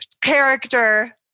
character